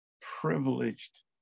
privileged